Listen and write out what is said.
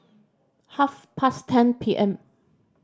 half past ten P M